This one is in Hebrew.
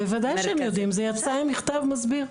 בוודא שהם יודעים, זה יצא עם מכתב מסביר.